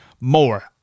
more